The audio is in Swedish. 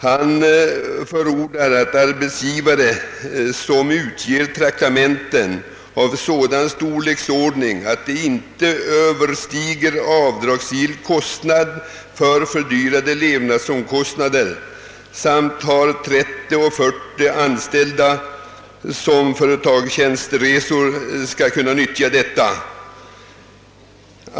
Det förordas att arbetsgivare som utger traktamenten av sådan storleksordning att de inte överstiger avdragsgill ökning i levnadskostnaderna samt har 30—40 anställda som företar tjänsteresor skall kunna utnyttja detta.